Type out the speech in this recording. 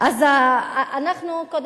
זה לא נכון,